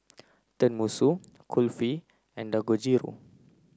Tenmusu Kulfi and Dangojiru